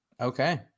Okay